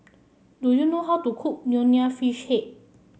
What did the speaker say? do you know how to cook Nonya Fish Head